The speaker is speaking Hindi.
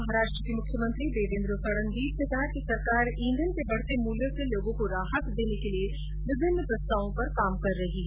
महाराष्ट्र के मुख्यमंत्री देवेन्द्र फडणवीस ने कहा है कि सरकार ईंधन के बढ़ते मूल्यों से लोगों को राहत देने के लिए विभिन्न प्रस्तायों पर काम कर रही है